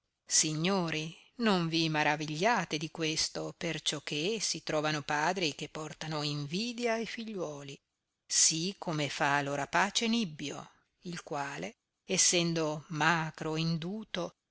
signori non vi maravigliate di questo perciò che si trovano padri che portano invidia a'fìgliuoli sì come fa lo rapace nibbio il quale essendo macro ed induto